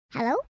Hello